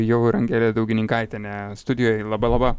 jau ir angelė daugininkaitienė studijoje laba laba